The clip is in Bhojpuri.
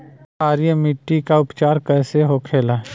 क्षारीय मिट्टी का उपचार कैसे होखे ला?